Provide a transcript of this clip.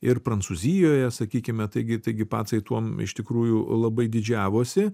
ir prancūzijoje sakykime taigi taigi pacai tuom iš tikrųjų labai didžiavosi